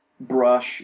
brush